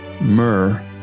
Myrrh